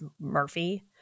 Murphy